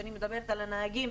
כשאני מדברת על הנהגים,